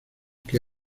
que